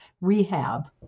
rehab